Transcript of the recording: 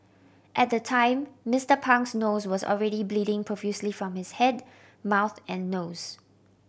at the time Mister Pang's nose was already bleeding profusely from his head mouth and nose